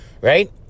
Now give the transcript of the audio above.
right